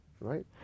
right